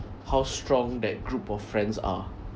how strong that group of friends are